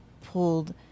pulled